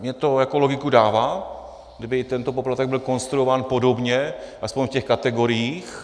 Mně to jako logiku dává, kdyby tento poplatek byl konstruován podobně, aspoň v těch kategoriích.